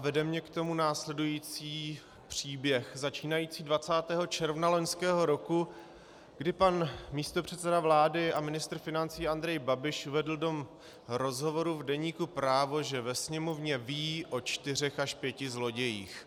Vede k tomu následující příběh začínající 20. června loňského roku, kdy pan místopředseda vlády a ministr financí Andrej Babiš uvedl do rozhovoru v deníku Právo, že ve Sněmovně ví o čtyřech až pěti zlodějích.